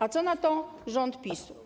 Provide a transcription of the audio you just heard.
A co na to rząd PiS-u?